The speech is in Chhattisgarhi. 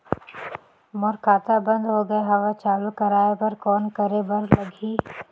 मोर खाता बंद हो गे हवय चालू कराय बर कौन करे बर लगही?